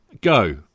go